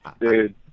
Dude